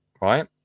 right